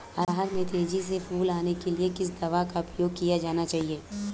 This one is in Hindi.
अरहर में तेजी से फूल आने के लिए किस दवा का प्रयोग किया जाना चाहिए?